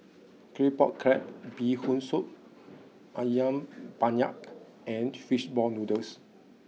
Claypot Crab Bee Hoon Soup Ayam Penyet and Fishball Noodles